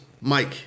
Mike